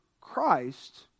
Christ